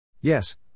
Yes